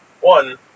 One